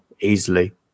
easily